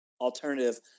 alternative